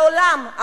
לעולם,